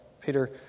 Peter